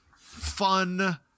fun